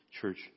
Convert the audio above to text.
Church